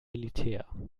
militär